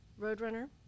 Roadrunner